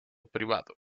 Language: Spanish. privado